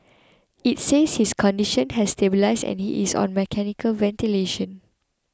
it says his condition has stabilised and he is on mechanical ventilation